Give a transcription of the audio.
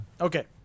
Okay